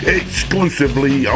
exclusively